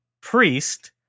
priest